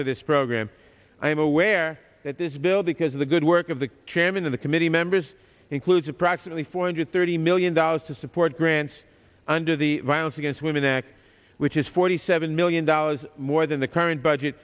for this program i am aware that this bill because of the good work of the chairman of the committee members includes approximately four hundred thirty min endows to support grants under the violence against women act which is forty seven million dollars more than the current budget